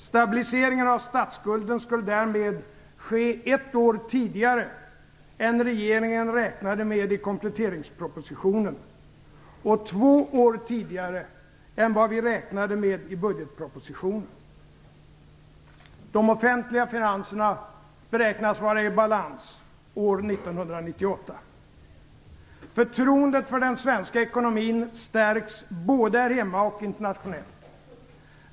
Stabiliseringen av statsskulden skulle därmed ske ett år tidigare än regeringen räknade med i kompletteringspropositionen och två år tidigare än vi räknade med i budgetpropositionen. De offentliga finanserna beräknas vara i balans 1998. Förtroendet för den svenska ekonomin stärks både här hemma och internationellt.